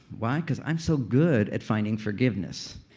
why? because i'm so good at finding forgiveness.